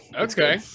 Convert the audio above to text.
Okay